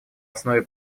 основе